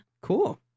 Cool